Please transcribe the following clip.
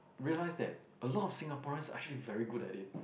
realized that a lot of Singaporeans are actually very good at it